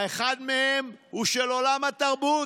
האחד מהם הוא של עולם התרבות,